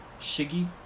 Shiggy